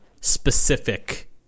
specific